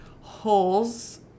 holes